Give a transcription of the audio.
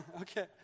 Okay